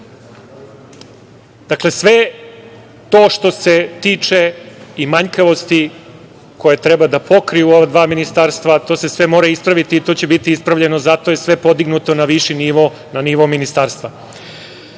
Dakle, sve to što se tiče i manjkavosti koje treba da pokriju ova dva ministarstva, to se sve mora ispraviti i to će biti ispravljeno, zato je sve podignuto na viši nivo, na nivo ministarstva. Dakle,